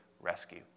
rescue